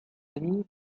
dni